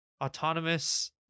autonomous